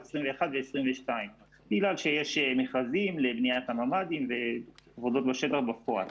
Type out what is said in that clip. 21' ו-22' בגלל שיש מכרזים לבניית הממ"דים ועבודות בשטח בפועל.